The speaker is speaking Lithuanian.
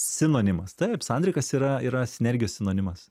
sinonimas taip sandrikas yra yra sinergijos sinonimas